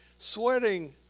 sweating